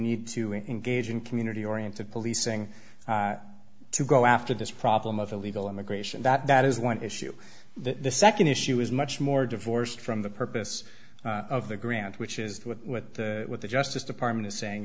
need to engage in community oriented policing to go after this problem of illegal immigration that that is one issue the second issue is much more divorced from the purpose of the grant which is what the justice department is saying